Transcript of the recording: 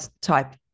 type